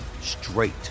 straight